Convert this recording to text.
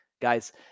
guys